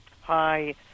Hi